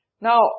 Now